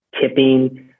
tipping